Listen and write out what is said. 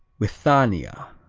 withania